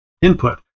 input